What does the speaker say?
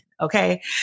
Okay